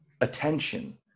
attention